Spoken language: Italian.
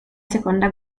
seconda